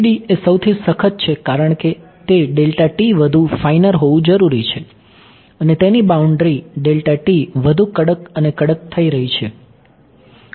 3D એ સૌથી સખત છે કારણ કે તે વધુ ફાઇનર હોવું જરૂરી છે અને તેની બાઉન્ડ્રી વધુ કડક અને કડક થઈ રહી છે